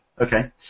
okay